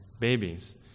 babies